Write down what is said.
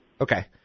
Okay